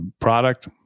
product